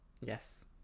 yes